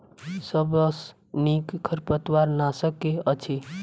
सबसँ नीक खरपतवार नाशक केँ अछि?